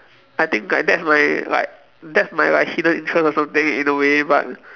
I think like that's my like that's my like hidden interest or something in a way but